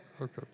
Okay